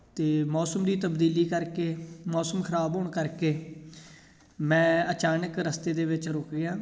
ਅਤੇ ਮੌਸਮ ਦੀ ਤਬਦੀਲੀ ਕਰਕੇ ਮੌਸਮ ਖਰਾਬ ਹੋਣ ਕਰਕੇ ਮੈਂ ਅਚਾਨਕ ਰਸਤੇ ਦੇ ਵਿੱਚ ਰੁਕ ਗਿਆ